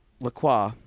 LaCroix